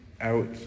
out